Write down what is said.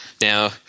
Now